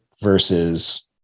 versus